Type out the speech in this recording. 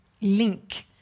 link